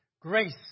Grace